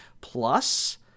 Plus